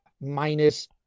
minus